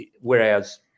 whereas